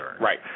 Right